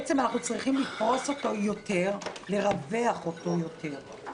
צריך לקבוע שבתקופת הבחירות לא גובים.